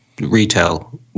retail